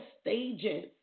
stages